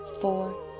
four